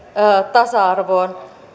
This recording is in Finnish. tasa arvoon